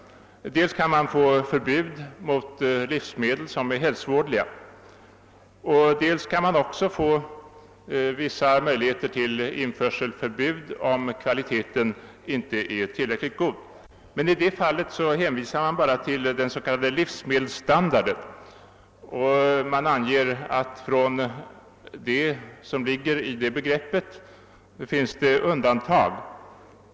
Dels kan man få förbud mot livsmedel som är hälsovådliga, dels kan man få möjligheter till införselförbud om kvaliteten inte är tillräckligt god. I det fallet hänvisar man bara till den s.k. livsmedelsstandarden och anger att det finns undantag från den.